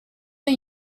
are